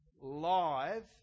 live